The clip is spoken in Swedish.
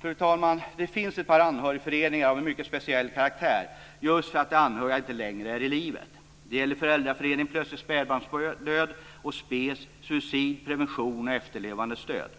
Fru talman! Det finns ett par anhörigföreningar av en mycket speciell karaktär, just för att de anhöriga inte längre är i livet. Det gäller Föräldraföreningen Plötslig Spädbarnsdöd och SPES-Suicid Prevention och Efterlevandes Stöd.